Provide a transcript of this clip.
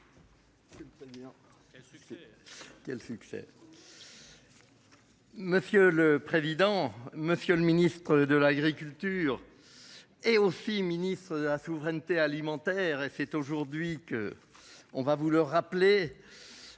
Monsieur le président, Monsieur le Ministre de l'agriculture. Et aussi Ministre de la souveraineté alimentaire et fait aujourd'hui qu'. On va vous le rappeler.